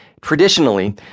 Traditionally